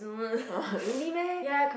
really meh